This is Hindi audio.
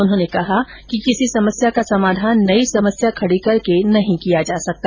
उन्होंने कहा कि किसी समस्या का समाधान नई समस्या खर्डी करके नहीं किया जा सकता